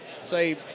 say